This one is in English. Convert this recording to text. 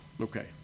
Okay